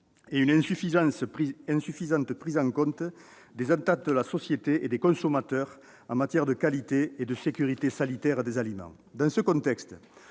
; une insuffisante prise en compte des attentes de la société etdes consommateurs en matière de qualité et de sécuritésanitaires des aliments. Dans ce contexte,